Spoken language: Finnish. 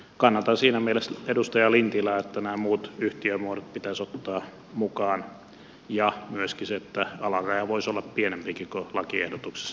kannatan edustaja lintilää siinä mielessä että nämä muut yhtiömuodot pitäisi ottaa mukaan ja myöskin sitä että alaraja voisi olla pienempikin kuin lakiehdotuksessa esitetty